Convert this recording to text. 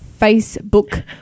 Facebook